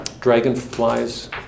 Dragonflies